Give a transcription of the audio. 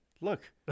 Look